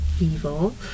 evil